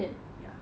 ya